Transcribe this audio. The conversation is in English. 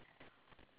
ya